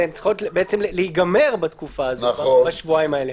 הן צריכות להיגמר בשבועיים האלה.